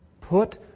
Put